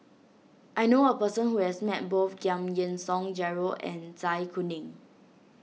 I knew a person who has met both Giam Yean Song Gerald and Zai Kuning